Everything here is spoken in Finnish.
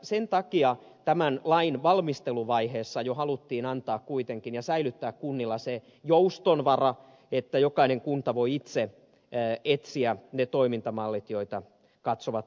sen takia tämän lain valmisteluvaiheessa jo haluttiin antaa kuitenkin ja säilyttää kunnilla se joustonvara että jokainen kunta voi itse etsiä ne toimintamallit joita katsovat tarpeelliseksi